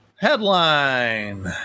Headline